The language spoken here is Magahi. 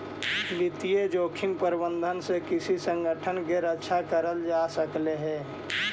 वित्तीय जोखिम प्रबंधन से किसी संगठन की रक्षा करल जा सकलई हे